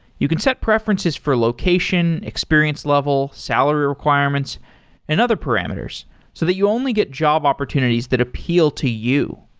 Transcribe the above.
you can set preferences for location, experience level, salary requirements and other parameters so that you only get job opportunities that appeal to you.